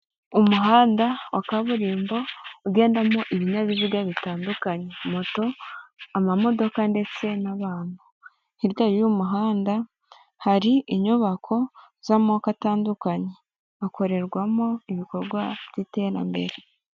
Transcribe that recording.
Umuhanda wa kaburimbo ugendamo ibinyabiziga bitandukanye: moto, ama modoka ndetse n'abantu. Hirya y'umuhanda hari inyubako z'amoko atandukanye, akorerwamo ibikorwa by'iterambere.